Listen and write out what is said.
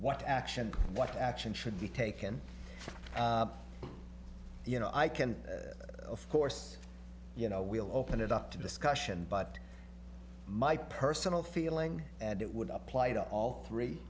what action what action should be taken you know i can of course you know we'll open it up to discussion but my personal feeling it would apply to all three